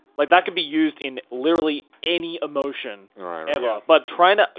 like that can be used in literally any emotion ever. but trying to,